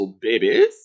babies